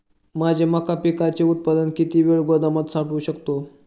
माझे मका पिकाचे उत्पादन किती वेळ गोदामात साठवू शकतो?